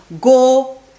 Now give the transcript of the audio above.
go